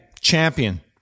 champion